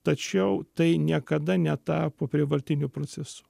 tačiau tai niekada netapo prievartiniu procesu